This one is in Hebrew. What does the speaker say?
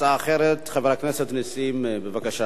הצעה אחרת, חבר הכנסת נסים זאב.